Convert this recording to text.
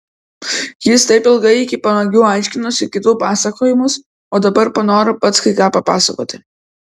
jis taip ilgai iki panagių aiškinosi kitų pasakojimus o dabar panoro pats kai ką papasakoti